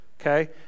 okay